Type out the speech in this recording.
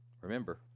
Remember